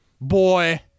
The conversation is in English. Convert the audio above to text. Boy